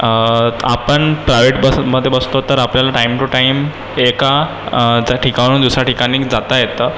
आपण प्रायवेट बसमध्ये बसतो तर आपल्याला टाईम टू टाईम एका त्या ठिकाणाहून दुसऱ्या ठिकाणी जाता येतं